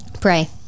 pray